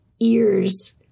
ears